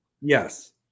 Yes